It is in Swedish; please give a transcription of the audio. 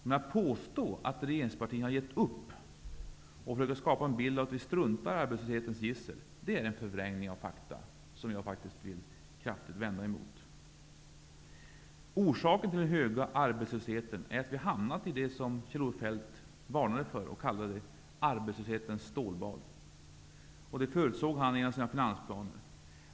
Men att påstå att regeringspartierna har gett upp, och försöka skapa en bild av att vi struntar i arbetslöshetens gissel, det är en förvrängning av fakta som jag vill kraftigt vända mig emot. Orsaken till den höga arbetslösheten är att vi hamnat i det som Kjell-Olof Feldt varnade för och kallade arbetslöshetens stålbad. Det förutsåg han i en av sina finansplaner.